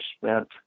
spent